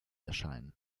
erscheinen